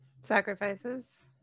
Sacrifices